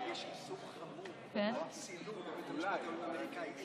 יש איסור חמור על צילום בבית המשפט העליון האמריקאי.